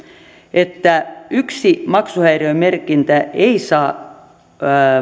että yksi maksuhäiriömerkintä ei saa